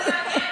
ועדות.